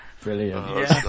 Brilliant